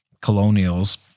colonials